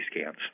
scans